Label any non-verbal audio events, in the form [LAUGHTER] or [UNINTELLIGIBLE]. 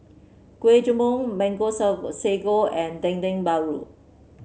Kuih [UNINTELLIGIBLE] Mango [UNINTELLIGIBLE] Sago and Dendeng Paru